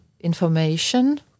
information